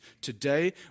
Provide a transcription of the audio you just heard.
Today